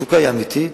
המצוקה היא אמיתית,